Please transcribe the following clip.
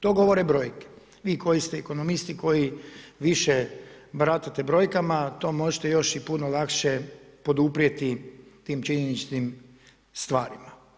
To govore brojke, vi koji ste ekonomisti, koji više baratate brojkama, to možete još i puno lakše poduprijeti tim činjeničnim stvarima.